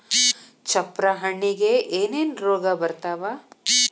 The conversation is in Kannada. ಚಪ್ರ ಹಣ್ಣಿಗೆ ಏನೇನ್ ರೋಗ ಬರ್ತಾವ?